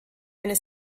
eine